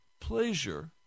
pleasure